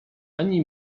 ani